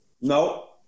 No